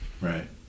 Right